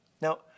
Now